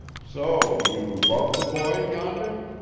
so you love the boy, yonder?